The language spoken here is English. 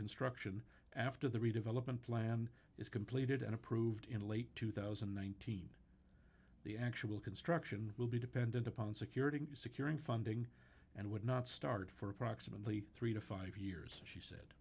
construction after the redevelopment plan is completed and approved in late two thousand and nineteen the actual construction will be dependent upon security securing funding and would not start for approximately three to five years